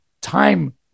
time